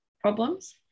problems